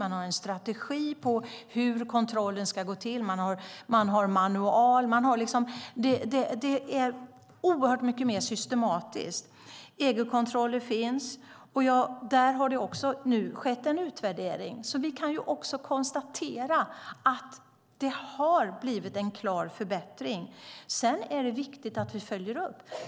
Man har en strategi för hur kontrollen ska gå till. Man har manualer. Det är oerhört mycket mer systematiskt. EU-kontroller finns. Där har det nu också skett en utvärdering. Vi kan konstatera att det har blivit en klar förbättring. Sedan är det viktigt att vi följer upp.